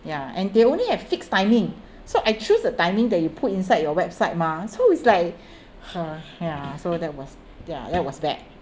yeah and they only have fixed timing so I choose the timing that you put inside your website mah so it's like ha ya so that was ya that was bad